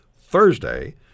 Thursday